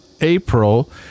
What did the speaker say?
April